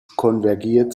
konvergiert